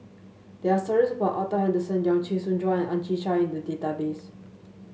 there are stories about Arthur Henderson Young Chee Soon Juan Ang Chwee Chai in the database